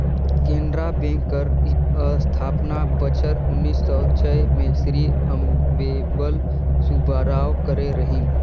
Canara bank कर अस्थापना बछर उन्नीस सव छय में श्री अम्मेम्बल सुब्बाराव करे रहिन